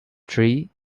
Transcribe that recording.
tree